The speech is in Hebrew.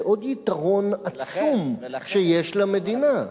זה עוד יתרון עצום שיש למדינה.